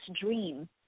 dream